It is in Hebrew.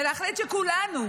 ולהחליט שכולנו,